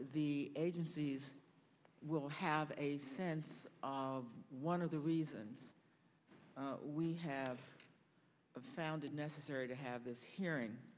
the agencies will have a sense of one of the reasons we have found it necessary to have this hearing